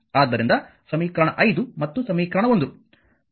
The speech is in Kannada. ಆದ್ದರಿಂದ ಸಮೀಕರಣ 5 ಮತ್ತು ಸಮೀಕರಣ 1